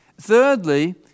Thirdly